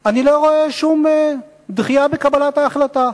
אני לא רואה שום דחייה בקבלת ההחלטה.